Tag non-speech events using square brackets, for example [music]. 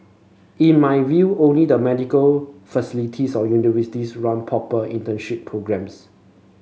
in my view only the medical [unintelligible] of universities run proper internship programmes